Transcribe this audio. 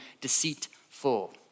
deceitful